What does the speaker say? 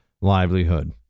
livelihood